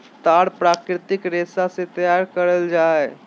तार प्राकृतिक रेशा से तैयार करल जा हइ